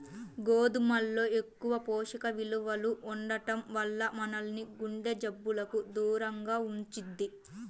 గోధుమల్లో ఎక్కువ పోషక విలువలు ఉండటం వల్ల మనల్ని గుండె జబ్బులకు దూరంగా ఉంచుద్ది